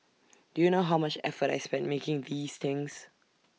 do you know how much effort I spent making these things